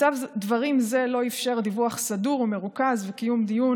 מצב דברים זה לא אפשר דיווח סדור ומרוכז וקיום דיון